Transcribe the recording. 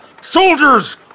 Soldiers